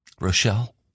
Rochelle